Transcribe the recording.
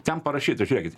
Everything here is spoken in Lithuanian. ten parašyta žiūrėkit